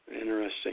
Interesting